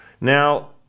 now